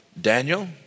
Daniel